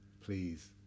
please